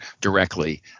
directly